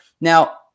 Now